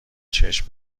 چشم